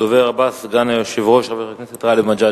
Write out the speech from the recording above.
הדובר הבא, סגן היושב-ראש חבר הכנסת גאלב מג'אדלה.